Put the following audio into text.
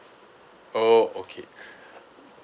oh okay